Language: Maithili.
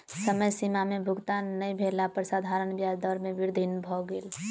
समय सीमा में भुगतान नै भेला पर साधारण ब्याज दर में वृद्धि भ गेल